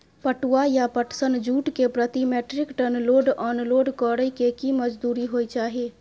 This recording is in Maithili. पटुआ या पटसन, जूट के प्रति metric ton load unload करै के की मजदूरी होय चाही?